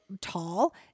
tall